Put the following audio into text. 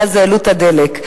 ואז העלו את מחיר הדלק.